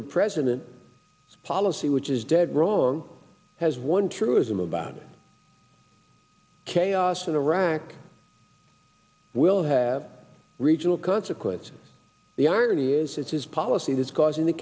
the president policy which is dead wrong has one truism about chaos in iraq will have regional consequences the irony is it's his policy that's causing the